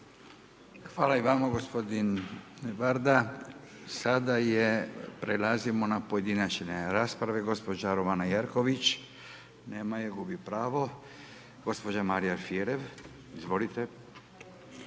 Hvala i vama gospodine Varda. Sada prelazimo na pojedinačne rasprave. Gospođa Romana Jerković. Nema je. Gubi pravo. Gospođa Marija Alfirev. Izvolite.